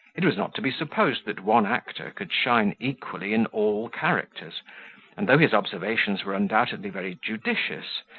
it was not to be supposed that one actor could shine equally in all characters and though his observations were undoubtedly very judicious,